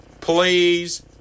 Please